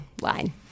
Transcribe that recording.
line